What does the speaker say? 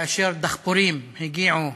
כאשר דחפורים הגיעו